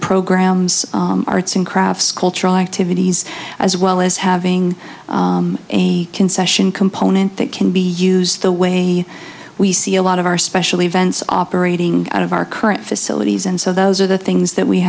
programs arts and crafts cultural activities as well as having a concession component that can be used the way we see a lot of our special events operating out of our current facilities and so those are the things that we